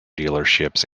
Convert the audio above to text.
dealerships